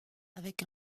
avec